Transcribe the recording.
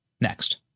next